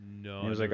No